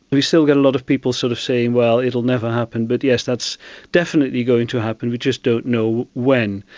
but we still get a lot of people sort of saying, well, it will never happen, but yes, that's definitely going to happen, we just don't know when.